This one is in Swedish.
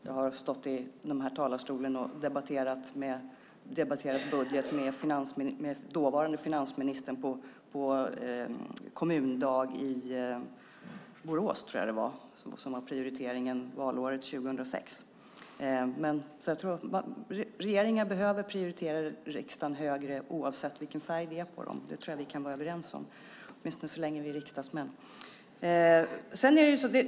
Jag har debatterat budget med dåvarande finansministern på en kommundag i Borås som var prioriteringen valåret 2006. Regeringar behöver prioritera riksdagen högre oavsett färg. Det tror jag att vi kan vara överens om, åtminstone så länge vi är riksdagsmän.